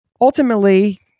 Ultimately